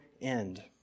end